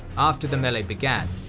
after the melee began,